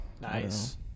nice